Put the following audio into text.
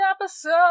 episode